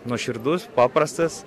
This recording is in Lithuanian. nuoširdus paprastas